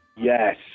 Yes